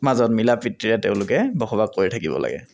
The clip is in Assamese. মাজত মিলা প্ৰীতিৰে তেওঁলোকে বসবাস কৰি থাকিব লাগে